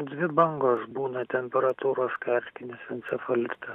dvi bangos būna temperatūros kai erkinis encefalita